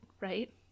right